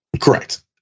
Correct